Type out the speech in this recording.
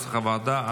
כנוסח הוועדה.